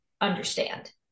understand